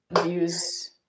views